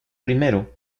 primero